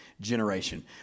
generation